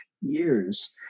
years